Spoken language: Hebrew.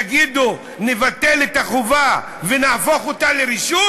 יגידו: נבטל את החובה ונהפוך אותה לרשות?